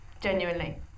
Genuinely